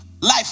life